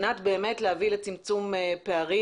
כדי להביא לצמצום פערים.